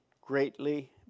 greatly